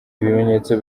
ibimenyetso